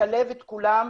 לשלב את כולם,